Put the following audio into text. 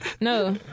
no